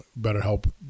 BetterHelp